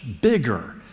bigger